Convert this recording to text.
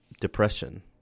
depression